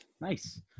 Nice